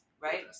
Right